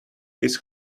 his